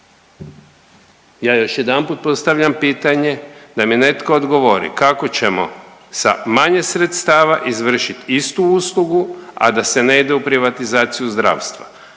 ja još jedanput postavljam pitanje da mi netko odgovori kako ćemo sa manje sredstava izvršit istu uslugu, a da se ne ide u privatizaciju zdravstva?